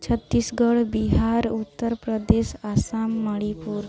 Chhattisgarh Bihar Uttar Pradesh Assam Manipur